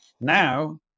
Now